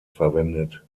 verwendet